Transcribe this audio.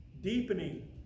deepening